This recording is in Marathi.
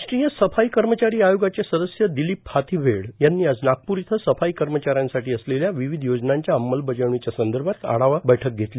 राष्ट्रीय सफाई कर्मचारी आयोगाचे सदस्य दिलीप हाथीबेड यांनी आज नागपूर इथं सफाई कर्मचाऱ्यांसाठी असलेल्या विविध योजनांच्या अंमलबजावणीच्या संदर्भात आढावा बैठक घेतली